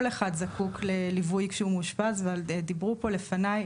כל אחד זקוק לליווי כשהוא מאושפז ועל זה דיברו פה לפני.